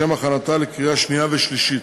לשם הכנתה לקריאה שנייה ושלישית.